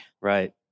Right